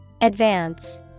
Advance